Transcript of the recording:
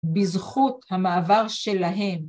בזכות המעבר שלהם